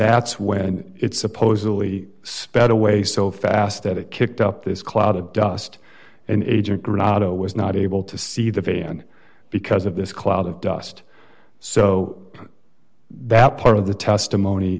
that's when it supposedly sped away so fast that it kicked up this cloud of dust and agent grado was not able to see the van because of this cloud of dust so that part of the testimony